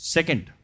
Second